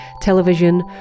television